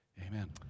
Amen